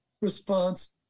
response